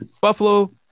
Buffalo